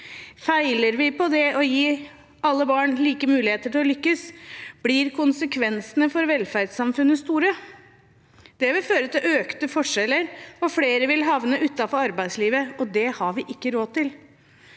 Feiler vi i å gi alle barn like muligheter til å lykkes, blir konsekvensene for velferdssamfunnet store. Det vil føre til økte forskjeller, og flere vil havne utenfor arbeidslivet. Det har vi ikke råd til.